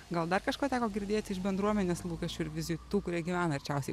gal dar kažko teko girdėti iš bendruomenės lūkesčių ir vizijų tų kurie gyvena arčiausiai